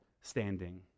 standing